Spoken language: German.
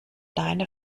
deine